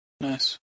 Nice